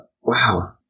Wow